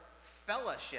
fellowship